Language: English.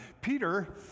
Peter